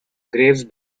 graves